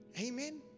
Amen